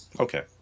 Okay